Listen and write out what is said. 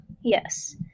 Yes